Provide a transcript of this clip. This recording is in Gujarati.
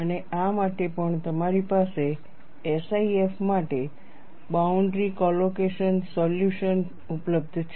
અને આ માટે પણ તમારી પાસે SIF માટે બાઉન્ડ્રી કોલોકેશન સોલ્યુશન ઉપલબ્ધ છે